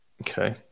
Okay